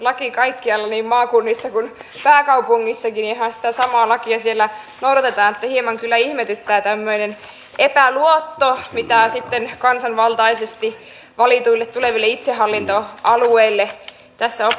kyllähän kaikkialla niin maakunnissa kuin pääkaupungissakin ihan sitä samaa lakia noudatetaan niin että hieman kyllä ihmetyttää tämmöinen epäluotto mitä sitten kansanvaltaisesti valituille tuleville itsehallintoalueille tässä oppositiosta esitetään